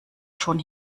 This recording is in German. schon